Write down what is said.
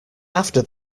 after